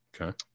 Okay